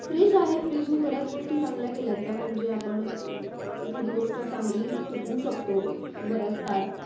fridge आहे फ्रीजने बऱ्याच गोष्टी चांगल्या केल्यात त्या म्हणजे आपण एखादी गोष्ट चांगली टिकवू शकतो बऱ्याच काळ